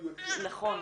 נכון.